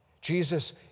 Jesus